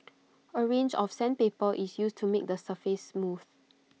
A range of sandpaper is used to make the surface smooth